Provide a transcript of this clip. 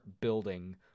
building